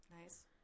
Nice